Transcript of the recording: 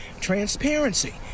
transparency